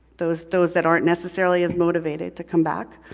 those those that aren't necessarily as motivated to come back.